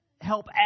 Help